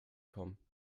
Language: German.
kommen